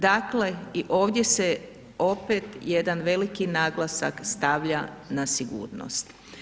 Dakle, i ovdje se opet jedan veliki naglasak stavlja na sigurnost.